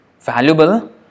valuable